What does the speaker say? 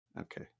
Okay